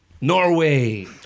Norway